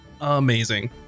Amazing